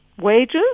wages